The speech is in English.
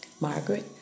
Margaret